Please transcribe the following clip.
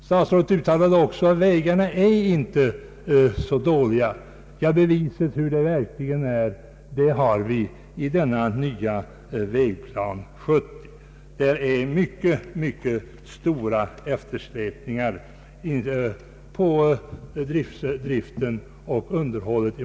Statsrådet sade också att vägarna inte är så dåliga som här påstås. Beviset på hur de verkligen är har vi i Vägplan 70. Där framgår klart att det i många fall finns mycket stora eftersläpningar i fråga om både drift och underhåll.